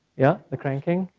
yeah, the crying king.